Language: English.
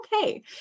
okay